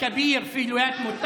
היה בארצות הברית.